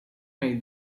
nei